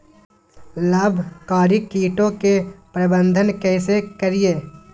लाभकारी कीटों के प्रबंधन कैसे करीये?